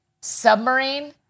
submarine